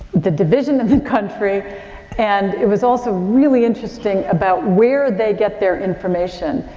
the division of the country and it was also really interesting about where they get their information.